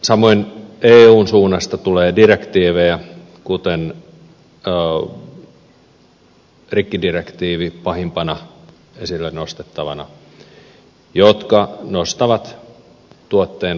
samoin eun suunnasta tulee direktiivejä kuten rikkidirektiivi pahimpana esille nostettavana jotka nostavat tuotteen loppuhintaa